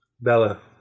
Bella